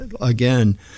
again